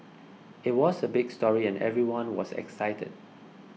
it was a big story and everyone was excited